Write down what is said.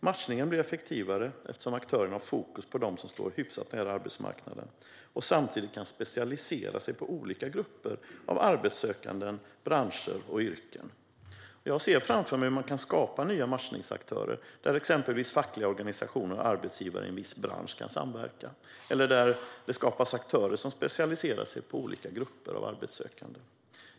Matchningen blir effektivare eftersom aktörerna har fokus på dem som står hyfsat nära arbetsmarknaden och samtidigt kan specialisera sig på olika grupper av arbetssökande, branscher och yrken. Jag ser framför mig hur man kan skapa nya matchningsaktörer. Exempelvis kan fackliga organisationer och arbetsgivare i en viss bransch samverka, eller det kan skapas aktörer som specialiserar sig på olika grupper av arbetssökande.